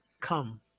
come